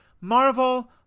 Marvel